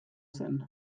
zen